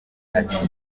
ati